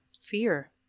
fear